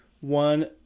one